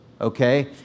Okay